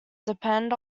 depend